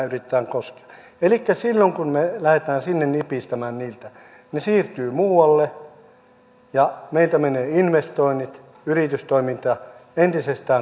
elikkä silloin kun me lähdemme sinne nipistämään heiltä he siirtyvät muualle ja meiltä menevät investoinnit yritystoiminta entisestään karkaavat pois